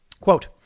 Quote